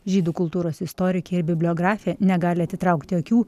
žydų kultūros istorikė bibliografė negali atitraukti akių